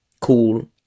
cool